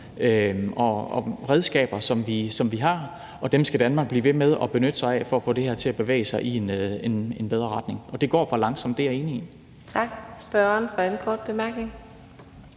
og redskaber, som vi har, og dem skal Danmark blive ved med at benytte sig af for at få det her til at bevæge sig i en bedre retning. Det går for langsomt, det er jeg enig i. Kl. 17:36 Fjerde næstformand